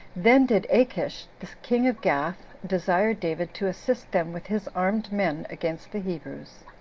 then did achish, the king of gath, desire david to assist them with his armed men against the hebrews.